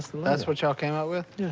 that's what y'all came up with?